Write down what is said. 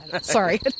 sorry